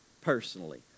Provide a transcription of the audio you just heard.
personally